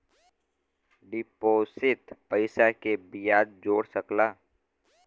deposit पइसा के बियाज जोड़ सकला